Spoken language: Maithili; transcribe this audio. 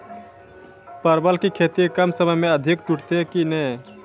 परवल की खेती कम समय मे अधिक टूटते की ने?